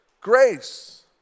grace